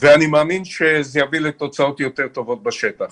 ואני מאמין שזה יביאו לתוצאות יותר טובות בשטח.